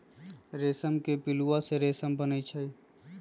रेशम के पिलुआ से रेशम बनै छै